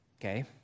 okay